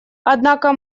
однако